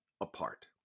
apart